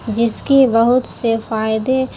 جس کی بہت سے فائدے